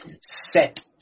set